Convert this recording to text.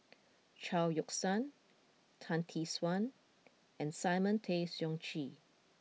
Chao Yoke San Tan Tee Suan and Simon Tay Seong Chee